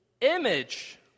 image